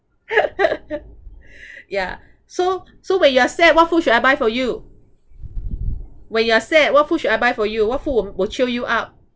ya so so when you are sad what food should I buy for you when you are sad what food should I buy for you what food will will cheer you up